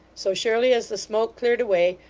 so surely as the smoke cleared away,